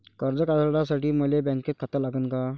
कर्ज काढासाठी मले बँकेत खातं लागन का?